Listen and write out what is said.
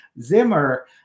Zimmer